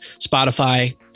Spotify